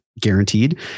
guaranteed